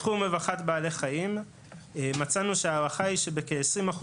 בתחום רווחת בעלי חיים מצאנו שההערכה היא שבכ-20%